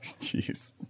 jeez